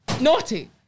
Naughty